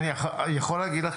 אני יכול להגיד לך,